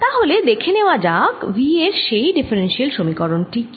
তাহলে দেখে নেওয়া যাক V এর সেই ডিফারেন্সিয়াল সমীকরণ টি কি